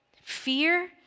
fear